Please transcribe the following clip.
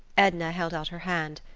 edna held out her hand,